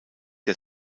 der